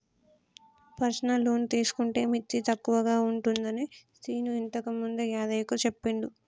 personal loan తీసుకుంటే మిత్తి తక్కువగా ఉంటుందని శీను ఇంతకుముందే యాదయ్యకు చెప్పిండు